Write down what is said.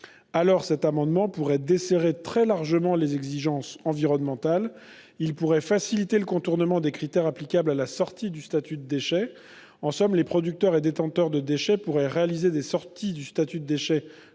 alors l'amendement pourrait conduire à desserrer très largement les exigences environnementales. En effet, il permettrait de faciliter le contournement des critères applicables à la sortie du statut de déchet. En somme, les producteurs et détenteurs de déchets pourraient réaliser des sorties de ce statut sans démarche